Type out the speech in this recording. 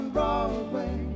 Broadway